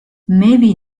maybe